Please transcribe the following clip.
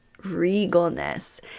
regalness